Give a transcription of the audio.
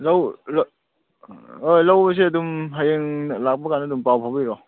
ꯑꯣ ꯂꯧꯔꯁꯦ ꯑꯗꯨꯝ ꯍꯌꯦꯡ ꯂꯥꯛꯄ ꯀꯥꯟꯗ ꯑꯗꯨꯝ ꯄꯥꯎ ꯐꯥꯎꯕꯤꯔꯣ